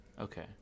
Okay